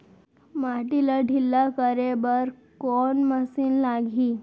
माटी ला ढिल्ला करे बर कोन मशीन लागही?